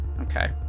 Okay